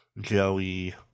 Joey